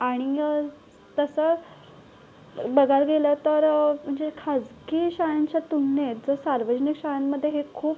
आणि तसं बघायला गेलं तर म्हणजे खासगी शाळांच्या तुलनेत जर सार्वजनिक शाळांमध्ये हे खूप